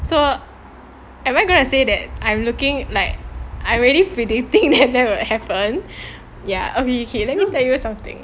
so am I gonna say that I'm looking like I already predicting that will happened ya okay okay let me tell you something